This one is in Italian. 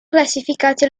classificati